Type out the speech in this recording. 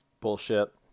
bullshit